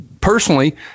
Personally –